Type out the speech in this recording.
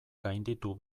gainditu